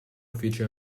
uffici